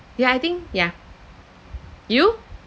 ya I think yeah you